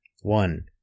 one